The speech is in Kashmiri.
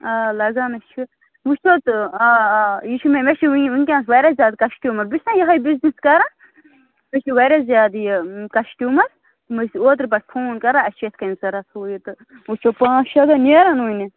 آ لَگانَے چھُ وُچھتو تہٕ آ آ یہِ چھُ مےٚ مےٚ چھِ وۅنۍ وُنکٮ۪نَس واریاہ زیادٕ کَسٹٕمَر بہٕ چھِس نا یِہَے بِزنِس کَران اَسہِ چھِ واریاہ زیادٕ یہِ کَسٹٕمَر تِم ٲسۍ اوترٕ پٮ۪ٹھ فون کَران اَسہِ چھِ یِتھٕ کٔنۍ ضروٗرت ہُہ یہِ تہٕ وُچھو پانٛژھ شےٚ دۄہ نیرَن وُنہِ